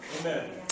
Amen